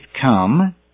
come